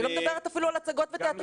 אני לא מדברת אפילו על הצגות ותיאטראות.